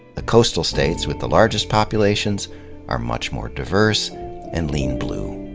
the coastal states with the largest populations are much more diverse and lean blue.